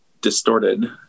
distorted